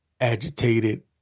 agitated